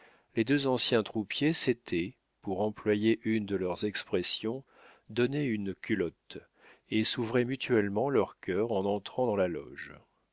les deux anciens troupiers s'étaient pour employer une de leurs expressions donné une culotte et s'ouvraient mutuellement leurs cœurs en entrant dans la loge